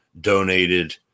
donated